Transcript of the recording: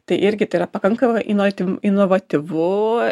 tai irgi tai yra pakankamai inovat inovatyvu